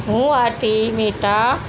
હું